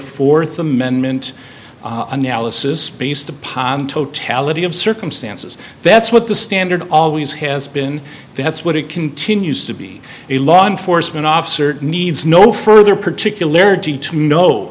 fourth amendment analysis based upon totality of circumstances that's what the standard always has been that's what it continues to be a law enforcement officer needs no further particular